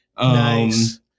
nice